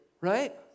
right